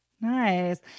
nice